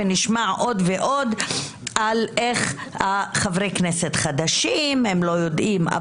ונשמע עוד ועוד איך חברי כנסת חדשים לא יודעים.